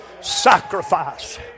sacrifice